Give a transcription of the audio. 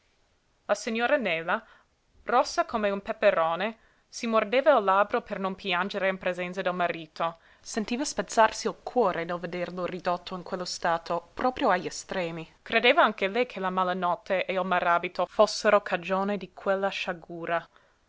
la signora nela rossa come un peperone si mordeva il labbro per non piangere in presenza del marito sentiva spezzarsi il cuore nel vederlo ridotto in quello stato proprio agli estremi credeva anche lei che la malanotte e il maràbito fossero cagione di quella sciagura